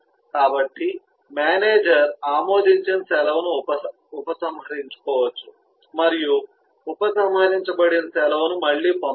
కాబట్టి మేనేజర్ ఆమోదించిన సెలవును ఉపసంహరించుకోవచ్చు మరియు ఉపసంహరించబడిన సెలవును మళ్ళీ పొందలేము